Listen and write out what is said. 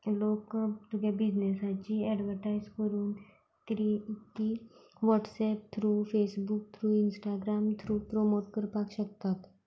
लोक तुगे बिझनसाची एडवटायझ करून क्री की WhatsApp through Facebook through Instagram through promote करपाक शकतात